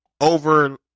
over